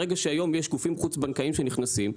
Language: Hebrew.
ברגע שהיום יש גופים חוץ בנקאיים שנכנסים.